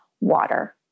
water